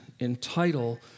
entitle